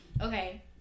okay